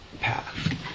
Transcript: path